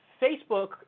Facebook